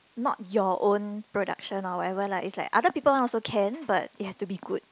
not your own production or whatever lah it's like other people one also can but it have to be good